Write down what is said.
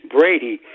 Brady